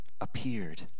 appeared